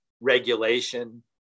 regulation